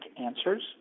answers